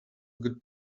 good